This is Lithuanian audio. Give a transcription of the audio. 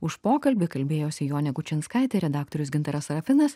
už pokalbį kalbėjosi jonė kučinskaitė redaktorius gintaras sarafinas